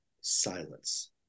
silence